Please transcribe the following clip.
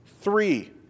Three